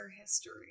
history